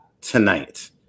tonight